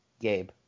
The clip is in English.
Gabe